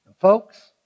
Folks